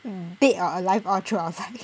dead or alive all throw outside